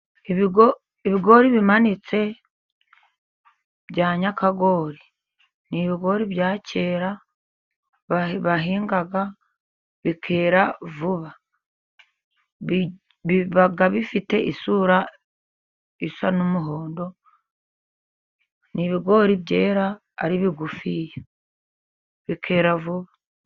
Ibigori bimanitse bya nyakagori, ni bigori bya kera bahinga bikera vuba biba bifite isura isa n'umuhondo. Ni bigori byera ari bigufi bikera vuba.